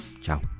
Ciao